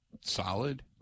solid